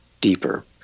deeper